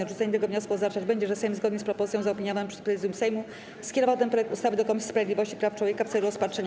Odrzucenie tego wniosku oznaczać będzie, że Sejm, zgodnie z propozycją zaopiniowaną przez Prezydium Sejmu, skierował ten projekt ustawy do Komisji Sprawiedliwości i Praw Człowieka w celu rozpatrzenia.